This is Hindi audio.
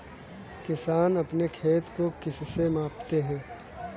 किसान अपने खेत को किससे मापते हैं?